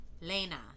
Lena